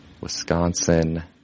Wisconsin